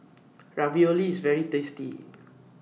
Ravioli IS very tasty